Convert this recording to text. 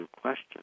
question